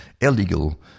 illegal